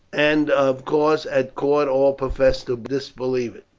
and of course at court all profess to disbelieve it,